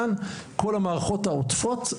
כל המערכות העוטפות,